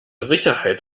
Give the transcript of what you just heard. sicherheit